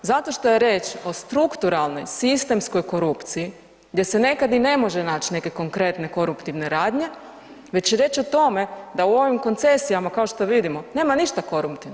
Zato što je riječ o strukturalnoj, sistemskoj korupciji gdje se nekad i ne može nać neke konkretne koruptivne radnje, već je riječ o tome da u ovim koncesijama kao što vidimo nema ništa koruptivno.